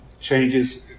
changes